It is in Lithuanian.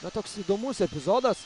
na toks įdomus epizodas